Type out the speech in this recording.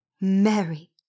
Mary